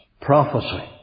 prophecy